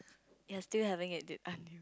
you're still having it dude ain't you